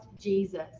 Jesus